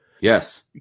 Yes